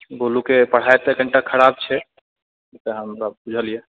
गोलूके पढ़ाइ तऽ कनिटा खराब छै ई तऽ हमरा बुझल यऽ